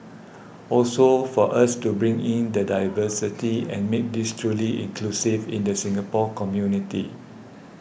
also for us to bring in the diversity and make this truly inclusive in the Singapore community